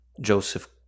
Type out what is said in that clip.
Joseph